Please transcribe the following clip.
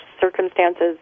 circumstances